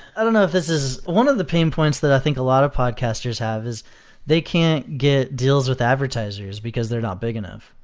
i don't know if this is one of the pain points that i think a lot of podcasters have is they can't get deals with advertisers because they're not big enough.